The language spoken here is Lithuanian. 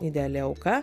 ideali auka